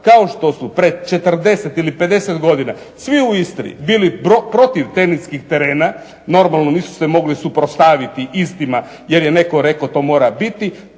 kao što su pred 40 ili pred 50 godina svi u Istri bili protiv teniskih terena, normalno nisu se mogli suprotstaviti istima jer je netko rekao to mora biti,